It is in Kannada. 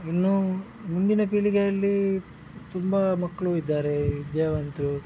ಇನ್ನು ಮುಂದಿನ ಪೀಳಿಗೆಯಲ್ಲಿ ತುಂಬ ಮಕ್ಕಳು ಇದ್ದಾರೆ ವಿದ್ಯಾವಂತರು